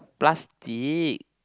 plastic